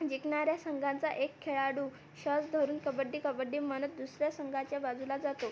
जिंकणाऱ्या संघांचा एक खेळाडू श्वास धरून कबड्डी कबड्डी म्हणत दुसऱ्या संघाच्या बाजूला जातो